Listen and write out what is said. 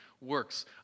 works